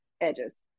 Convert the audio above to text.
edges